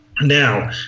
Now